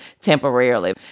temporarily